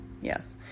Yes